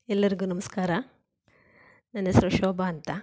ಎಲ್ಲರಿಗೂ ನಮಸ್ಕಾರ ನನ್ನ ಹೆಸ್ರು ಶೋಭಾ ಅಂತ